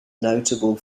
notable